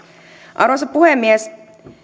arvoisa puhemies